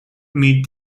meet